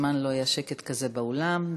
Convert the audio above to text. מזמן לא היה שקט כזה באולם.